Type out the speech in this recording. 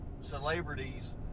celebrities